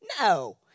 no